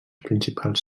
principals